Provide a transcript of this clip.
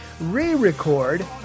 re-record